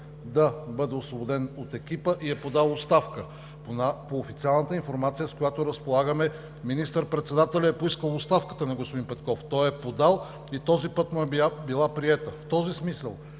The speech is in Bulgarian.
да бъде освободен от екипа и е подал оставка. По официалната информация, с която разполагаме, министър-председателят е поискал оставката на господин Петков, той я е подал и този път му е била приета. В този смисъл